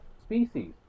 species